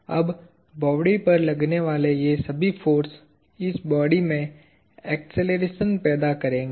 अब बॉडी पर लगने वाले ये सभी फोर्स इस बॉडी में अक्सेलरेशन पैदा करेंगे